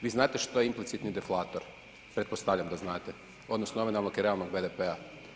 Vi znate što je implicitni deflator, pretpostavljam da znate odnos nominalnog i realnog BDP-a.